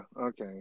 okay